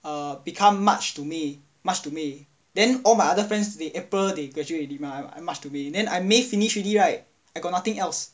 err become march to may march to may then all my other friends they april they graduate already mah I march to may then I may finish already right I got nothing else